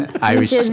Irish